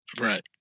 Right